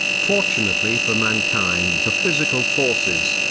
fortunately for mankind the physical forces,